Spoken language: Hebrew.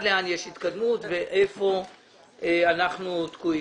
לאן יש התקדמות ואיפה אנחנו עדיין תקועים.